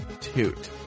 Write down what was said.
toot